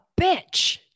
bitch